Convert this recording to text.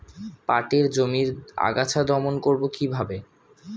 পাটের জমির আগাছা দমন করবো কিভাবে?